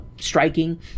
striking